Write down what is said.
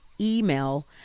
email